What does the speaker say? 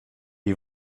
die